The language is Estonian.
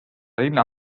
linna